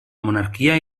monarquia